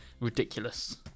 ridiculous